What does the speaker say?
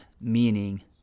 meaning